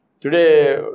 Today